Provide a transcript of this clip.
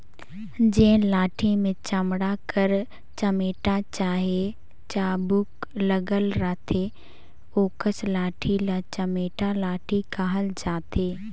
जेन लाठी मे चमड़ा कर चमेटा चहे चाबूक लगल रहथे ओकस लाठी ल चमेटा लाठी कहल जाथे